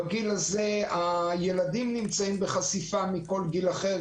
בגיל הזה הילדים נמצאים בחשיפה יותר מכל גיל אחר,